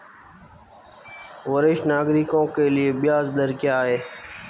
वरिष्ठ नागरिकों के लिए ब्याज दर क्या हैं?